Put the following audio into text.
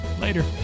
Later